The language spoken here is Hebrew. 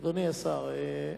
אדוני השר,